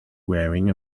wearing